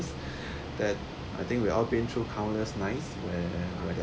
that I think we all been through countless nights where their